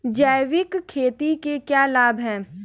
जैविक खेती के क्या लाभ हैं?